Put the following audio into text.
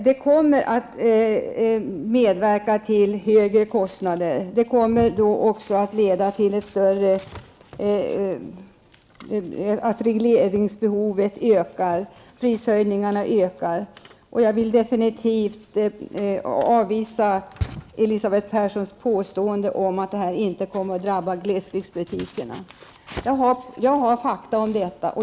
Det kommer att medverka till högre kostnader, det kommer att leda till att regleringsbehovet ökar och priserna höjs. Jag vill definitivt avvisa Elisabeth Perssons påstående om att det här inte kommer att drabba glesbygdsbutikerna. Jag har fakta om detta.